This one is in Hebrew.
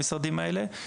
במשרדים האלה,